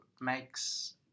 makes